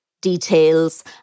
details